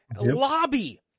lobby